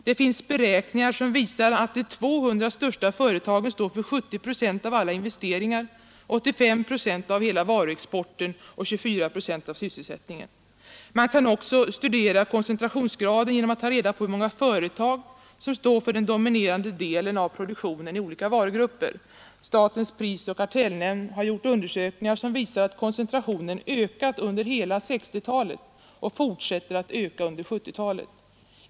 Det finns beräkningar som visar att de 200 största företagen står för 70 procent av alla investeringar, 85 procent av hela varuexporten och 24 procent av sysselsättningen. Man kan också studera koncentrationsgraden genom att ta reda på hur många företag som står för den dominerande delen av produktionen i olika varugrupper. Statens prisoch kartellnämnd har gjort undersökningar som visar att koncentrationen har ökat under hela 1960-talet och fortsätter att öka under 1970-talet.